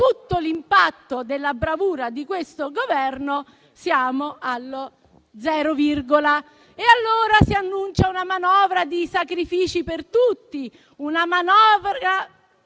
tutto l'impatto della bravura di questo Governo, siamo allo zero virgola. E allora si annuncia una manovra di sacrifici per tutti, una manovra